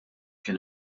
kien